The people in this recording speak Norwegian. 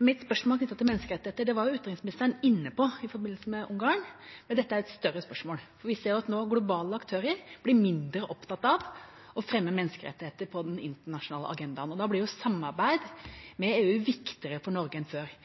Mitt spørsmål er knyttet til menneskerettigheter. Det var jo utenriksministeren inne på i forbindelse med Ungarn. Dette er et større spørsmål. Det viser seg nå at globale aktører blir mindre opptatt av å fremme menneskerettigheter på den internasjonale agendaen. Da blir samarbeid med EU viktigere for Norge enn før.